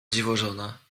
dziwożona